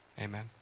amen